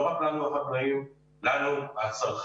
לא רק לנו החקלאים אלא לנו הצרכנים.